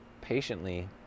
patiently